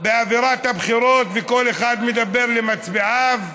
באווירת הבחירות, וכל אחד מדבר למצביעיו,